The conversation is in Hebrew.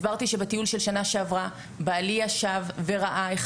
הסברתי שבטיול של שנה שעברה בעלי ישב וראה איך